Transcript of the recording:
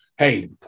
hey